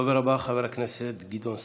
הדובר הבא, חבר הכנסת גדעון סער.